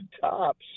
tops